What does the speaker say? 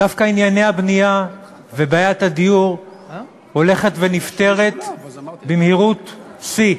דווקא ענייני הבנייה מטופלים ובעיית הדיור הולכת ונפתרת במהירות שיא.